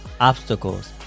obstacles